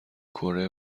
کره